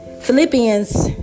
Philippians